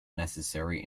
necessary